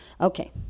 Okay